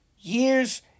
years